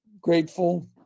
Grateful